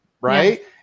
right